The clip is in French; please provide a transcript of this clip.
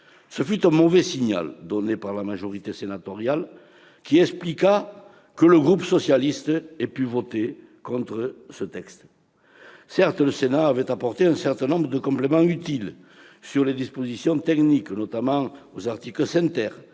Ce fut un mauvais signal donné par la majorité sénatoriale, qui expliqua que le groupe socialiste et républicain ait pu voter contre ce texte. Certes, le Sénat avait apporté un certain nombre de compléments utiles sur des dispositions techniques, notamment aux articles 5 ,